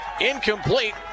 incomplete